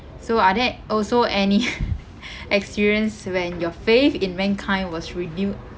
so are there also any experience when your faith in mankind was renewed